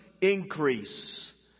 increase